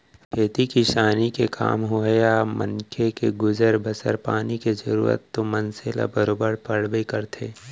खेती किसानी के काम होवय या मनखे के गुजर बसर पानी के जरूरत तो मनसे ल बरोबर पड़बे करथे